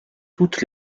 toutes